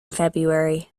february